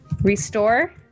Restore